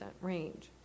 range